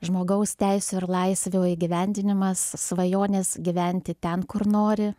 žmogaus teisių ir laisvių įgyvendinimas svajonės gyventi ten kur nori